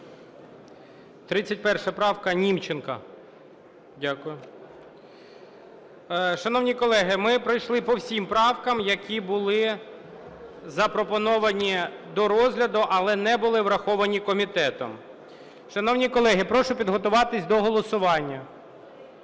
31 правка, Німченко. Дякую. Шановні колеги, ми пройшли по всім правкам, які були запропоновані до розгляду, але не були враховані комітетом. Шановні колеги, прошу підготуватись до голосування.